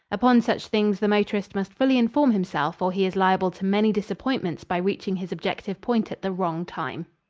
upon such things the motorist must fully inform himself or he is liable to many disappointments by reaching his objective point at the wrong time.